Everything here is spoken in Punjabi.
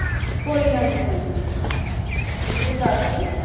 ਕੋਈ ਨਾ ਜੀ ਕੋਈ ਨਾ ਜ਼ਰੂਰ ਦੱਸੋ